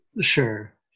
sure